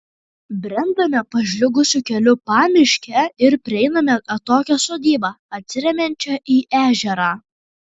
brendame pažliugusiu keliu pamiške ir prieiname atokią sodybą atsiremiančią į ežerą